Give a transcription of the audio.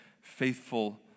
faithful